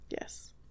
yes